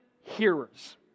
hearers